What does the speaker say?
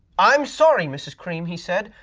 i'm sorry, mrs. cream, he said.